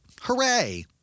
Hooray